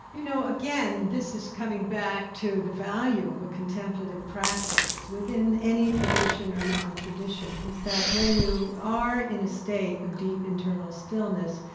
you know again, this is coming back to the value of a contemplative practice. within any tradition or non-tradition is that when you are in a state of deep internal stillness,